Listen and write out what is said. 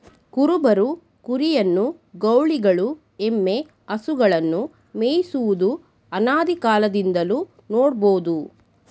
ಕುರುಬರು ಕುರಿಯನ್ನು, ಗೌಳಿಗಳು ಎಮ್ಮೆ, ಹಸುಗಳನ್ನು ಮೇಯಿಸುವುದು ಅನಾದಿಕಾಲದಿಂದಲೂ ನೋಡ್ಬೋದು